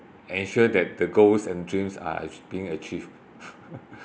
ensure that the goals and dreams are ach~ being achieved